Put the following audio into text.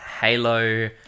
Halo